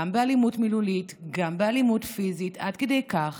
גם באלימות מילולית, גם באלימות פיזית, עד כדי כך